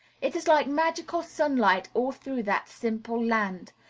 it is like magical sunlight all through that simple land,